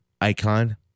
icon